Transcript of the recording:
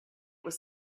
was